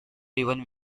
even